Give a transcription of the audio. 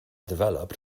developed